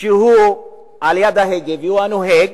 שהוא על-יד ההגה, והוא הנוהג,